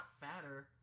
fatter